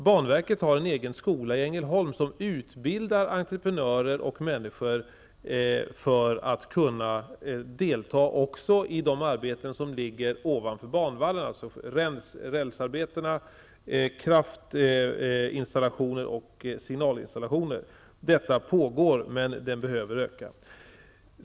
Banverket har en egen skola i Ängelholm som utbildar entreprenörer och andra för att de skall kunna delta även i de arbeten som ligger ovanför banvallarna, dvs. rälsarbeten, kraftinstallationer och signalinstallationer. Detta pågår, men det behöver öka.